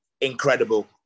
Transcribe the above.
incredible